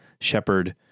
shepherd